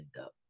up